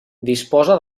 disposa